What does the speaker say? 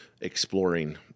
exploring